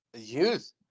Youth